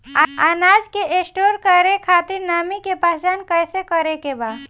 अनाज के स्टोर करके खातिर नमी के पहचान कैसे करेके बा?